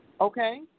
Okay